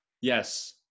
Yes